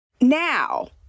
Now